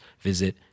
visit